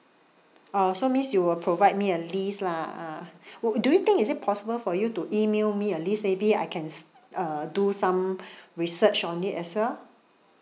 oh so miss you will provide me a list lah ah would do you think is it possible for you to email me a list maybe I can uh do some research on it as well